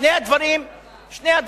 שני הדברים קשים,